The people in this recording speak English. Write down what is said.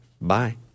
Bye